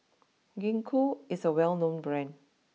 Gingko is a well known Brand